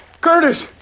Curtis